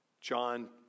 John